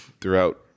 throughout